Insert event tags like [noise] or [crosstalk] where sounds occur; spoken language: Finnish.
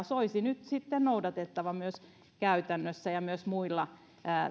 [unintelligible] soisi nyt sitten noudatettavan myös käytännössä ja myös muilla